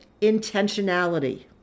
intentionality